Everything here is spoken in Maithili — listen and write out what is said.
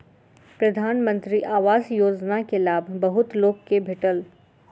प्रधानमंत्री आवास योजना के लाभ बहुत लोक के भेटल